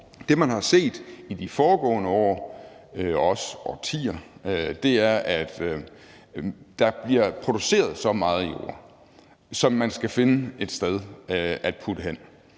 Det, man har set i de foregående år, også årtier, er, at der bliver produceret så meget jord, som man skal finde et sted at putte hen.